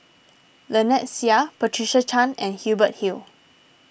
Lynnette Seah Patricia Chan and Hubert Hill